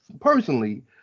personally